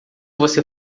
você